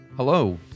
Hello